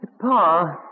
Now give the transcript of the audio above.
Pa